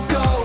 go